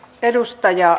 edustaja